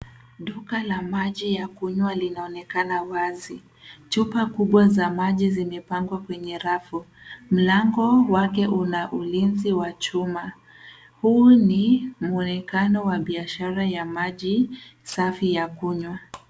Duka la maji ya kunywa linaonekana wazi. Chupa kubwa za maji zimepangwa kwenye rafu. Mlango wake una ulinzi wa chuma. Huu ni muonekano wa biashara ya maji safi ya kunywa.